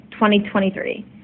2023